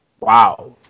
wow